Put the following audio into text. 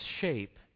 shape